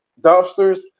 dumpsters